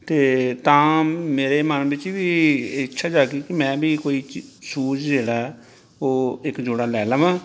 ਅਤੇ ਤਾਂ ਮੇਰੇ ਮਨ ਵਿੱਚ ਵੀ ਇੱਛਾ ਜਾਗੀ ਕਿ ਮੈਂ ਵੀ ਕੋਈ ਸ਼ੂਜ ਜਿਹੜਾ ਉਹ ਇੱਕ ਜੋੜਾ ਲੈ ਲਵਾਂ